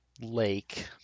lake